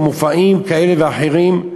או מופעים כאלה ואחרים,